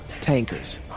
tankers